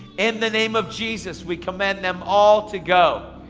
in the name of jesus, we command them all to go.